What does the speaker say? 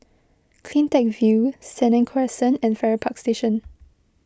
CleanTech View Senang Crescent and Farrer Park Station